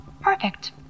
Perfect